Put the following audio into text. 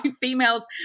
females